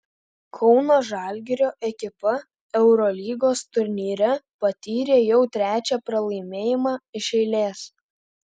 kauno žalgirio ekipa eurolygos turnyre patyrė jau trečią pralaimėjimą iš eilės